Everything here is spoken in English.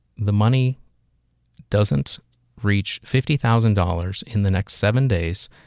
the money doesn't reach fifty thousand dollars in the next seven days,